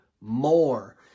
more